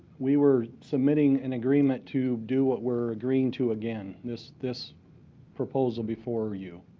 we were submitting an agreement to do what we're agreeing to again, this this proposal before you,